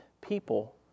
people